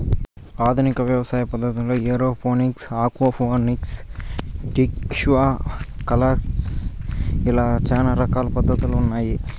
ఆధునిక వ్యవసాయ పద్ధతుల్లో ఏరోఫోనిక్స్, ఆక్వాపోనిక్స్, టిష్యు కల్చర్ ఇలా చానా రకాల పద్ధతులు ఉన్నాయి